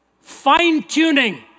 Fine-tuning